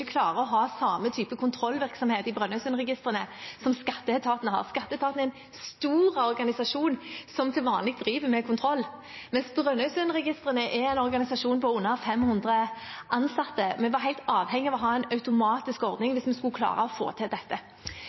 å ha samme type kontrollvirksomhet i Brønnøysundregistrene som det skatteetaten har. Skatteetaten er en stor organisasjon som til vanlig driver med kontroll, mens Brønnøysundregistrene er en organisasjon med under 500 ansatte. Vi var helt avhengige av å ha en automatisk ordning hvis vi skulle klare å få til dette.